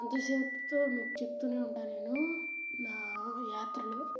అంతసేపు మీకు చెప్తు ఉంటాను నేను నా యాత్రలో